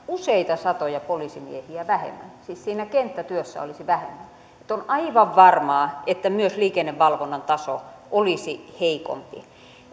useita satoja poliisimiehiä vähemmän siis siinä kenttätyössä olisi vähemmän on aivan varmaa että myös liikennevalvonnan taso olisi heikompi